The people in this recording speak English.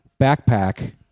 backpack